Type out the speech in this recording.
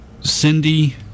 Cindy